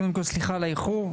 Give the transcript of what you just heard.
קודם כול, סליחה על האיחור.